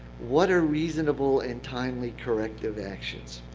what are reasonable and timely corrective actions?